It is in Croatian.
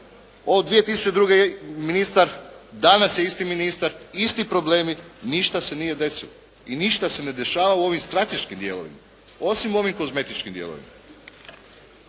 Od 2002. je ministar, danas je isti ministar, isti problemi, ništa se nije desili i ništa se ne dešava u ovim strateškim dijelovima, osim ovim kozmetičkim dijelovima.